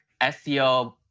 SEO